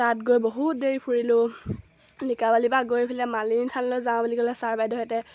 তাত গৈ বহুত দেৰি ফুৰিলোঁ লিকাবালি পৰা গৈ পেলাই মালিনী থানলৈ যাওঁ বুলি ক'লে ছাৰ বাইদেউহঁতে